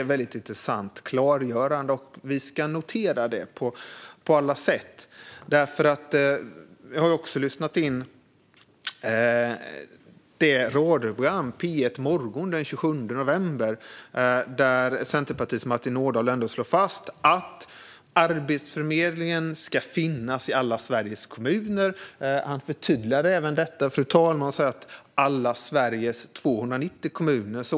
Det är ett intressant klargörande. Vi ska notera det på alla sätt. Jag har också lyssnat på radioprogrammet P1 Morgon från den 27 november, där Centerpartiets Martin Ådahl slog fast att Arbetsförmedlingen ska finnas i alla Sveriges kommuner. Han förtydligade även med att man ska finnas i Sveriges alla 290 kommuner.